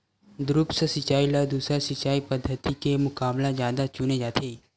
द्रप्स सिंचाई ला दूसर सिंचाई पद्धिति के मुकाबला जादा चुने जाथे